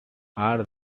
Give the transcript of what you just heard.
are